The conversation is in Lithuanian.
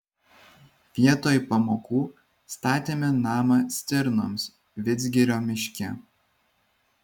vietoj pamokų statėme namą stirnoms vidzgirio miške